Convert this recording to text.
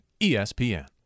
ESPN